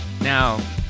Now